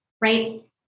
right